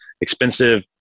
expensive